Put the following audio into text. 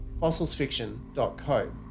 fossilsfiction.co